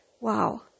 Wow